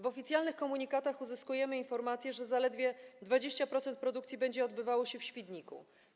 Z oficjalnych komunikatów uzyskujemy informacje, że zaledwie 20% produkcji będzie odbywało się w Świdniku.